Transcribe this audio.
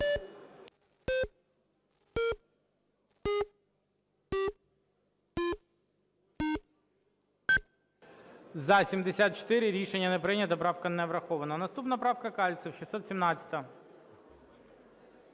За-74 Рішення не прийнято. Правка не врахована. Наступна правка, Кальцев, 617-а.